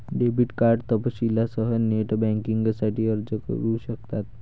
debit card तपशीलांसह net बँकिंगसाठी अर्ज करू शकतात